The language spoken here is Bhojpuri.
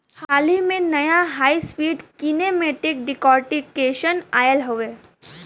हाल ही में, नया हाई स्पीड कीनेमेटिक डिकॉर्टिकेशन आयल हउवे